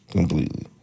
Completely